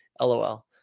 LOL